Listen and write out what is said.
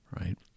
Right